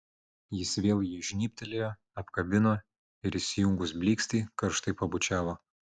jis vėl jai žnybtelėjo apkabino ir įsijungus blykstei karštai pabučiavo